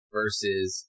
versus